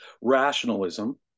rationalism